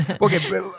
Okay